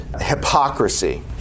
hypocrisy